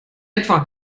etwa